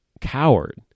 coward